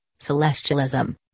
celestialism